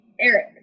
Eric